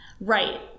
Right